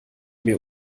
mir